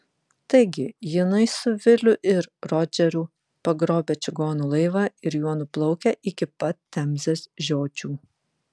taigi jinai su viliu ir rodžeriu pagrobę čigonų laivą ir juo nuplaukę iki pat temzės žiočių